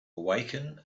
awaken